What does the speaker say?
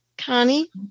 Connie